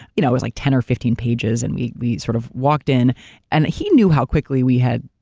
you know it was like ten or fifteen pages, and we we sort of walked in and he knew how quickly we had.